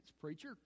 Preacher